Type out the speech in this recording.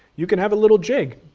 you can have a little jig,